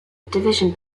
diversion